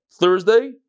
Thursday